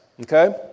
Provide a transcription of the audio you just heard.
okay